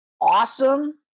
awesome